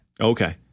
Okay